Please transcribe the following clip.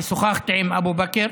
אני שוחחתי עם אבו בכר,